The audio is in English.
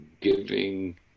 giving